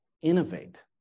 innovate